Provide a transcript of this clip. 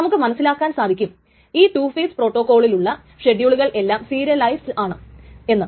നമുക്ക് മനസ്സിലാക്കാൻ സാധിക്കും ഈ ടു ഫേസ് പ്രോട്ടോകോളിലുള്ള ഷെഡ്യൂളുകൾ എല്ലാം സീരിയലൈസ്ഡ് ആണ് എന്ന്